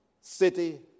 city